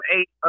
eight